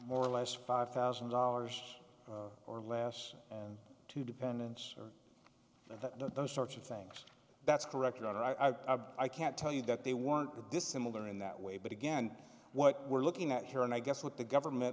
more or less five thousand dollars or less to dependence or that those sorts of things that's correct or not i i can't tell you that they weren't that dissimilar in that way but again what we're looking at here and i guess what the government